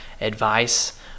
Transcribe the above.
advice